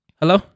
hello